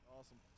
Awesome